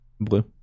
Blue